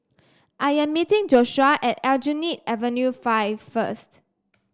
I am meeting Joshuah at Aljunied Avenue Five first